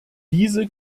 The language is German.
diese